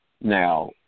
Now